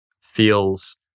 feels